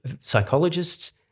psychologists